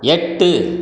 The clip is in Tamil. எட்டு